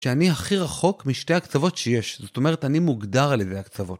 שאני הכי רחוק משתי הקצוות שיש, זאת אומרת אני מוגדר על ידי הקצוות.